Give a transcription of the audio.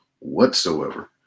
whatsoever